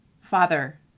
Father